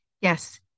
Yes